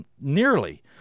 nearly